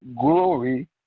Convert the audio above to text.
glory